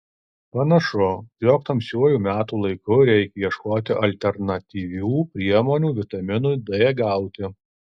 panašu jog tamsiuoju metų laiku reikia ieškoti alternatyvių priemonių vitaminui d gauti